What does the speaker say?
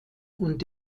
und